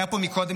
היה פה קודם,